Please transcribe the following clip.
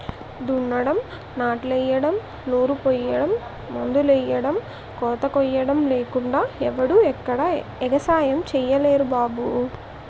దున్నడం, నాట్లెయ్యడం, నారుపొయ్యడం, మందులెయ్యడం, కోతకొయ్యడం లేకుండా ఎవడూ ఎక్కడా ఎగసాయం సెయ్యలేరు బాబూ